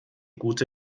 gute